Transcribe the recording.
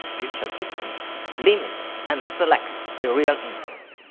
judicial system limits and select the real interest.